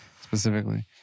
specifically